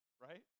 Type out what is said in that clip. right